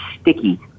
sticky